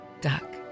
duck